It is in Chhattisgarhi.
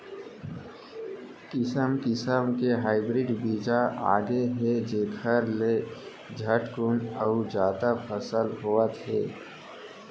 किसम किसम के हाइब्रिड बीजा आगे हे जेखर ले झटकुन अउ जादा फसल होवत हे